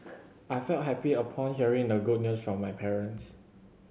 I felt happy upon hearing the good news from my parents